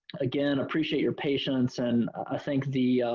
again, appreciate your patience. and i think the,